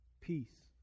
Peace